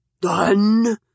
Done